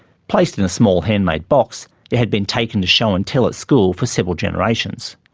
placed in a small hand-made box it had been taken to show and tell at school for several generations.